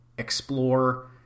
explore